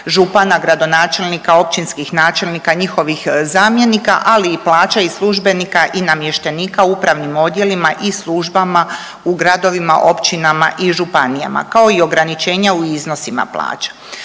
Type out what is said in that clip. župana, gradonačelnika, općinskih načelnika, njihovih zamjenika, ali i plaća i službenika i namještenika u upravnim odjelima i službama u gradova, općinama i županijama kao i ograničenja u iznosima plaća.